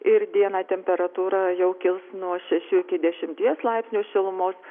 ir dieną temperatūra jau kils nuo šešių iki dešimties laipsnių šilumos